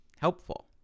helpful